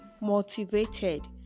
motivated